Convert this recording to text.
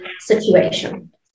situation